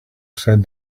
said